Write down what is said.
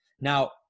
Now